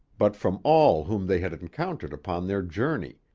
but from all whom they had encountered upon their journey,